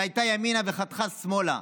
שהייתה ימינה וחתכה שמאלה.